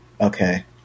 okay